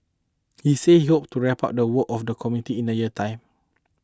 he said he hopes to wrap up the work of the committee in a year's time